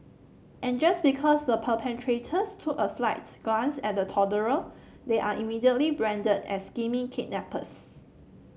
and just because the perpetrators took a slight glance at a toddler they are immediately branded as scheming kidnappers